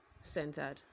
centered